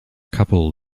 couple